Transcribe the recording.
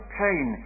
pain